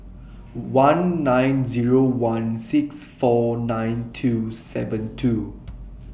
one nine Zero one six four nine two seven two